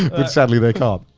but sadly they can't.